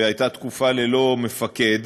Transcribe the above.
והייתה תקופה ללא מפקד.